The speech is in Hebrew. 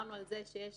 דיברנו על זה שיש